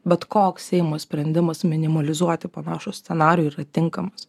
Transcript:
bet koks seimo sprendimas minimalizuoti panašų scenarijų yra tinkamas